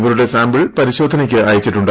ഇവരുടെ സാമ്പിൾ പരിശ്ശോധനയ്ക്ക് അയച്ചിട്ടുണ്ട്